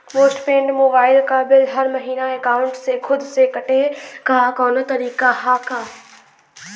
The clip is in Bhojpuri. पोस्ट पेंड़ मोबाइल क बिल हर महिना एकाउंट से खुद से कटे क कौनो तरीका ह का?